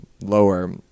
lower